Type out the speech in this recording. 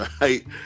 right